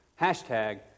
hashtag